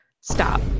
stop